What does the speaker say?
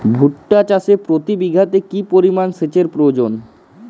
ভুট্টা চাষে প্রতি বিঘাতে কি পরিমান সেচের প্রয়োজন?